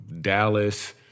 Dallas